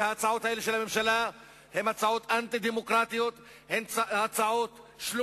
ההצעות האלה של הממשלה הן הצעות אנטי-דמוקרטיות,